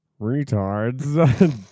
retards